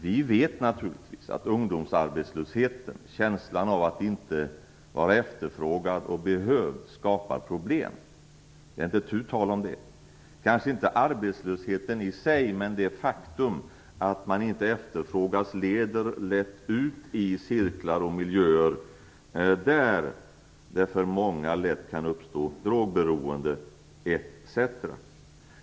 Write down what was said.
Vi vet naturligtvis att ungdomsarbetslösheten, känslan av att inte vara efterfrågad och behövd skapar problem - det är inte tu tal om det. Kanske inte arbetslösheten i sig men det faktum att man inte efterfrågas leder lätt ut i cirklar och miljöer där det för många lätt kan uppstå drogberoende etc.